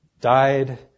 died